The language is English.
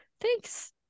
Thanks